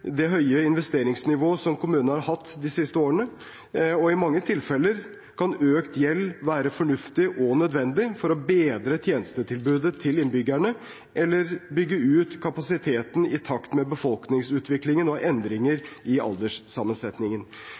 høye investeringsnivået som kommunen har hatt de siste årene. I mange tilfeller kan økt gjeld være fornuftig og nødvendig for å bedre tjenestetilbudet til innbyggerne eller bygge ut kapasiteten i takt med befolkningsutviklingen og endringen i alderssammensetningen.